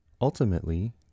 Ultimately